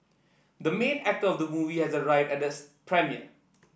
the main actor of the movie has arrived at the premiere